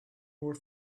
more